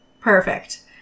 Perfect